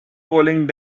polling